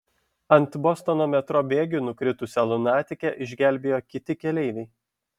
ant bostono metro bėgių nukritusią lunatikę išgelbėjo kiti keleiviai